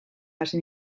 hasi